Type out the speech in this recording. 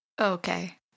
Okay